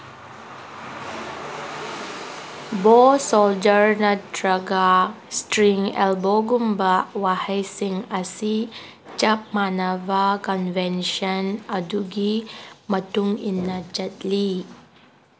ꯕꯣ ꯁꯣꯜꯖꯔ ꯅꯠꯇ꯭ꯔꯒꯥ ꯏꯁꯇ꯭ꯔꯤꯡ ꯑꯦꯜꯕꯣꯒꯨꯝ ꯋꯥꯍꯩꯁꯤꯡ ꯑꯁꯤ ꯆꯞ ꯃꯥꯅꯕ ꯀꯟꯕꯦꯟꯁꯟ ꯑꯗꯨꯒꯤ ꯃꯇꯨꯡ ꯏꯟꯅ ꯆꯠꯂꯤ